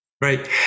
Right